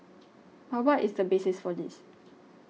but what is the basis for this